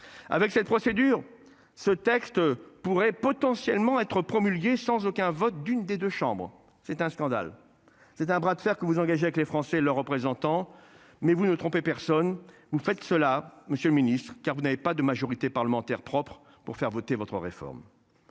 avec cette procédure. Ce texte pourrait potentiellement être promulgué sans aucun vote d'une des deux chambres. C'est un scandale, c'est un bras de fer que vous engagez avec les Français et leurs représentants. Mais vous ne trompez personne vous faites cela, Monsieur le Ministre, car vous n'avez pas de majorité parlementaire propres pour faire voter votre réforme.